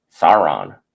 Sauron